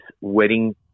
wedding